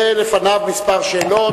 לפניו כמה שאלות.